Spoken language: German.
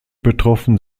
betroffen